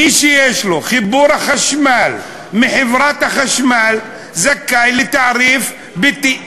מי שיש לו חיבור חשמל מחברת החשמל זכאי לתעריף ביתי,